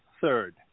third